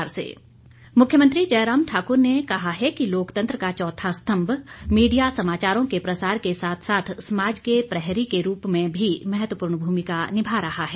मुख्यमंत्री मुख्यमंत्री जयराम ठाक्र ने कहा है कि लोकतंत्र का चौथा स्तंभ मीडिया समाचारों के प्रसार के साथ साथ समाज के प्रहरी के रूप में भी महत्वपूर्ण भूमिका निभा रहा है